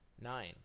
Nine